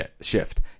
shift